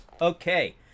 okay